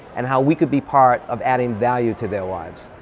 and how we could be part of adding value to their lives,